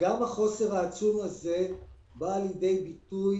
גם החוסר העצום הזה בא לידי ביטוי